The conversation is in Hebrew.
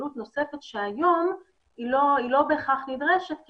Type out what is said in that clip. זאת עלות נוספת שהיום היא לא בהכרח נדרשת כי